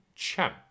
champ